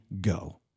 go